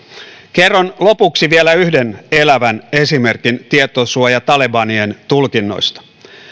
kerron lopuksi vielä yhden elävän esimerkin tietosuojatalebanien tulkinnoista